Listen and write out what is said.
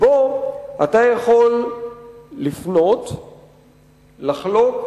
שבו אתה יכול לפנות, שוב,